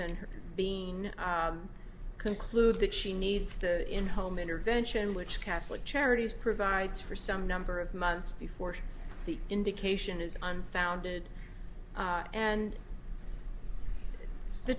her being conclude that she needs to in home intervention which catholic charities provides for some number of months before the indication is unfounded and the